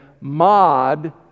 mod